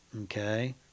Okay